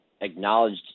acknowledged